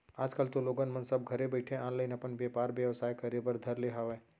आज कल तो लोगन मन सब घरे बइठे ऑनलाईन अपन बेपार बेवसाय करे बर धर ले हावय